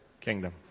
kingdom